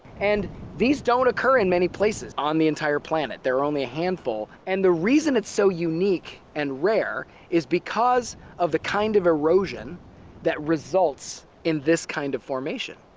and these don't occur in many places on the entire plant. they are only a handful. and the reason it's so unique and rare is because of the kind of erosion that results in this kind of formation.